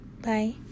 Bye